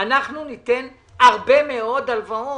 שאנחנו ניתן הרבה מאוד הלוואות,